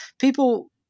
people